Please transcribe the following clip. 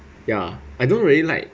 ya I don't really like